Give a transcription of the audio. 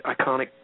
iconic